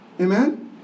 Amen